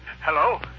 Hello